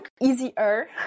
easier